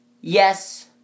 Yes